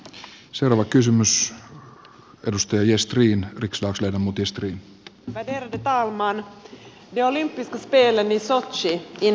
de olympiska spelen i sotji inleds i dag och det är ett av världens största idrottsevenemang